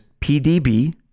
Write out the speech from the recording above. pdb